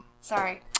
Sorry